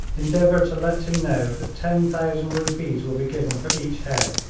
endeavour to let him know that ten thousand rupees will be given for each head,